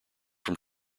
from